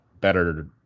better